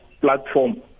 platform